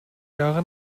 jahren